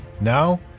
Now